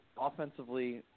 offensively